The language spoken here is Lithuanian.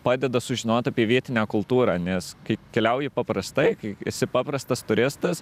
padeda sužinot apie vietinę kultūrą nes kai keliauji paprastai kai esi paprastas turistas